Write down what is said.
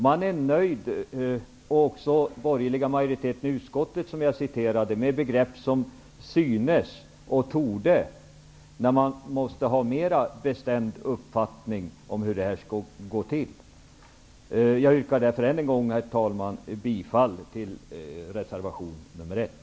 Man nöjer sig -- även den borgerliga majoriteten i utskottet som jag citerade -- med begrepp som ''synes'' och ''torde'', när man måste ha en mera bestämd uppfattning om hur det här skall gå till. Herr talman! Jag yrkar därför än en gång bifall till reservation nr 1.